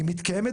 היא מתקיימת